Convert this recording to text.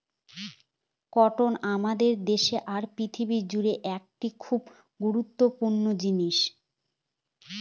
cotton আমাদের দেশে আর পৃথিবী জুড়ে একটি খুব গুরুত্বপূর্ণ জিনিস